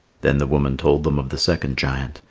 then the woman told them of the second giant.